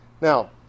Now